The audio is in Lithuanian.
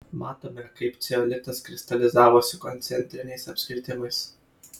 matome kaip ceolitas kristalizavosi koncentriniais apskritimais